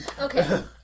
Okay